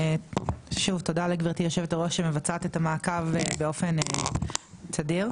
שוב תודה לגברתי היו"ר שמבצעת את המעקב באופן תדיר,